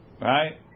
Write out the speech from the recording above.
right